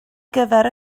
gyfer